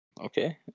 Okay